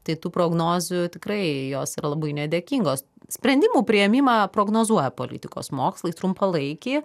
tai tų prognozių tikrai jos yra labai nedėkingos sprendimų priėmimą prognozuoja politikos mokslai trumpalaikį